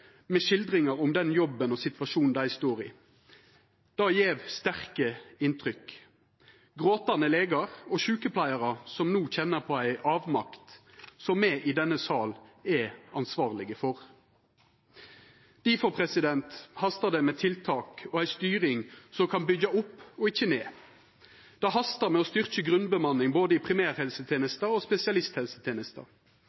med skildringar om den jobben og situasjonen dei står i. Det gjev sterke inntrykk å sjå gråtande legar og sjukepleiarar som no kjenner på ei avmakt som me i denne salen er ansvarlege for. Difor hastar det med tiltak og ei styring som kan byggja opp og ikkje ned. Det hastar med å styrkja grunnbemanninga i både